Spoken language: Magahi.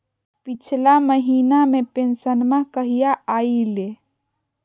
पिछला महीना के पेंसनमा कहिया आइले?